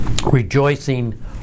Rejoicing